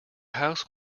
house